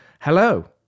Hello